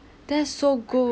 that's so good